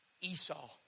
Esau